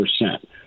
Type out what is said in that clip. percent